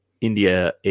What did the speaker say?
India